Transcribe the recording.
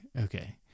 Okay